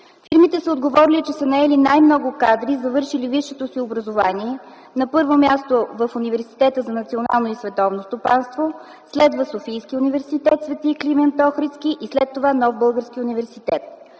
Фирмите са отговорили, че са наели най-много кадри, завършили висшето си образование, на първо място, в Университета за национално и световно стопанство, следва Софийският университет „Св. Климент Охридски” и след това Нов български университет.